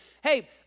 hey